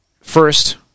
first